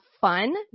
fun